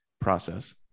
process